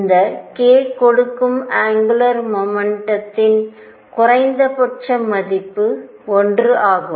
இந்த k கொடுக்கும் angular முமெண்டடின் குறைந்தபட்ச மதிப்பு 1 ஆகும்